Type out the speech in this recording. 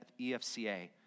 EFCA